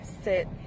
sit